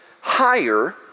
higher